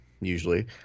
usually